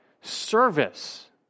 service